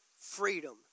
freedom